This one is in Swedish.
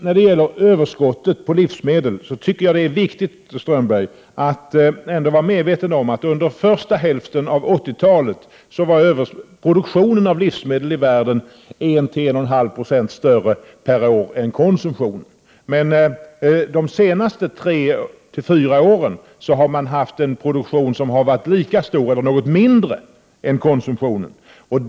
När det gäller överskottet på livsmedel tycker jag att det är viktigt, Håkan Strömberg, att vara medveten om att produktionen av livsmedel i världen i varje fall under första hälften av 80-talet var 1-1,5 20 större per år än konsumtionen. Under de senaste tre till fyra åren har man haft en produktion som har varit lika stor som eller något mindre än konsumtionen.